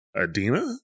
Adina